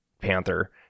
panther